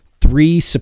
three